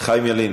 חיים ילין,